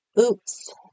Oops